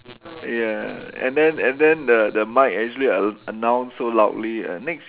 ya and then and then the the mic actually a~ announce so loudly and next